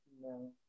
No